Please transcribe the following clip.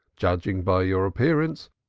judging by your appearance,